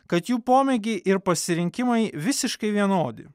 kad jų pomėgiai ir pasirinkimai visiškai vienodi